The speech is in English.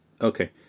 Okay